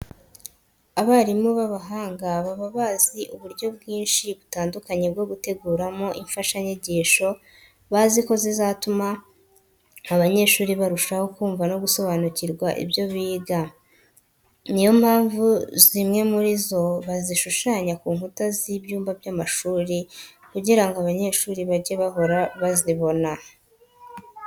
Abarimu b'abahanga baba bazi uburyo bwinshi butandukanye bwo guteguramo imfashanyigisho bazi ko zizatuma abanyeshuri barushaho kumva no gusobanukirwa ibyo biga. Niyo mpamvu zimwe muri zo bazishushanya ku nkuta z'ibyumba by'amashuri kugira ngo abanyeshuri bajye bahora bazibona.